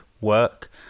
work